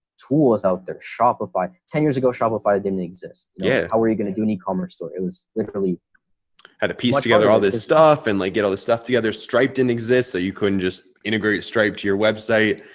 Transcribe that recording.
tools out there shopify ten years ago shopify didn't exist. yeah. how are you gonna do an e commerce store? it was literally how to piece together all this stuff and like, get all this stuff together. stripe didn't exist. so you couldn't just integrate stripe to your website.